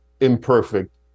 imperfect